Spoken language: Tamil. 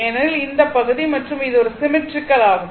ஏனெனில் இந்த பகுதி மற்றும் இது ஒரு சிம்மெட்ரிக்கல் ஆகும்